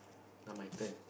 now my turn